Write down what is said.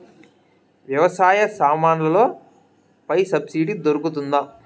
వ్యవసాయ సామాన్లలో పై సబ్సిడి దొరుకుతుందా?